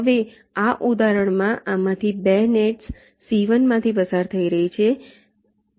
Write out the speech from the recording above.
હવે આ ઉદાહરણમાં આમાંથી 2 નેટ્સ C1માંથી પસાર થઈ રહી છે